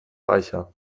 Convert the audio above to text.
reicher